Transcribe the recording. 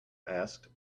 asked